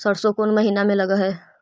सरसों कोन महिना में लग है?